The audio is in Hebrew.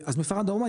אז מפראן דרומה,